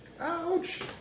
Ouch